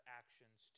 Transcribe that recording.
actions